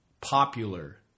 popular